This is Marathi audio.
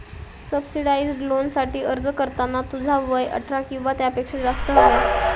सब्सीडाइज्ड लोनसाठी अर्ज करताना तुझा वय अठरा किंवा त्यापेक्षा जास्त हव्या